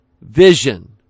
vision